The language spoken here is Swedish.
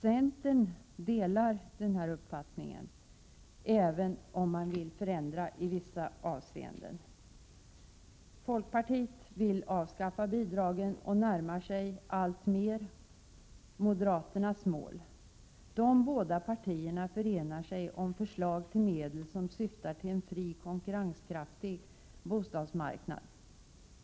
Centern delar denna uppfattning, även om man vill förändra i vissa avseenden. Folkpartiet vill avskaffa bostadsbidragen och närmar sig alltmer moderaternas mål. De båda partierna förenar sig om förslag till medel som syftar till en fri, konkurrenskraftig bostadsmarknad.